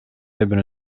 hebben